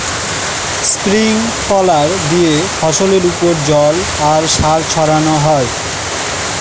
sprinkler দিয়ে ফসলের ওপর জল আর সার ছড়ানো হয়